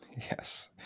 Yes